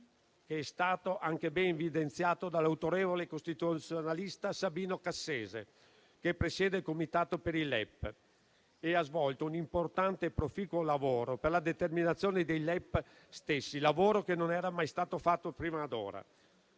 che è stato anche ben evidenziato dall'autorevole costituzionalista Sabino Cassese, che presiede il comitato per i LEP, che ha svolto un importante e proficuo lavoro per la loro determinazione, che non era mai stato fatto prima d'ora.